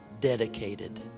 dedicated